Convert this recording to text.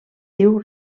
diu